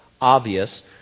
obvious